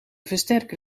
versterker